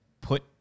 put